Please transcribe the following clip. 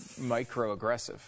microaggressive